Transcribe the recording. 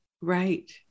Right